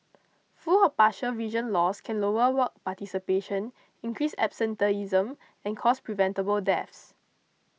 full or partial vision loss can lower work participation increase absenteeism and cause preventable deaths